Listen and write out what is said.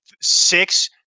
six